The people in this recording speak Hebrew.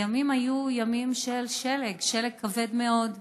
הימים היו ימים של שלג, שלג כבד מאוד,